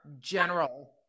general